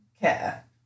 care